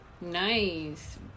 Nice